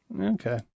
Okay